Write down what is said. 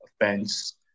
offense